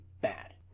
bad